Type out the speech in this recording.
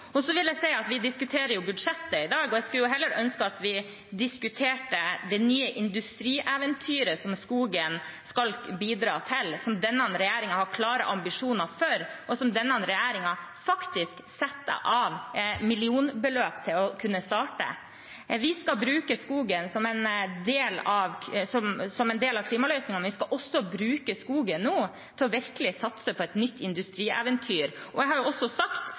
Så vil jeg si at vi diskuterer jo budsjettet i dag, men jeg skulle heller ønske at vi diskuterte det nye industrieventyret som skogen skal bidra til, som denne regjeringen har klare ambisjoner for, og som denne regjeringen faktisk setter av millionbeløp til å kunne starte. Vi skal bruke skogen som en del av klimaløsningen, men vi skal også bruke skogen til virkelig å satse på et nytt industrieventyr. Jeg har også sagt